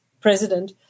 president